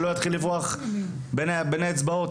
כדי שלא יתחיל לברוח מבין האצבעות.